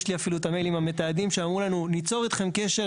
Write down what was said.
יש לי אפילו את המיילים המתעדים שאמרו לנו "ניצור אתכם קשר,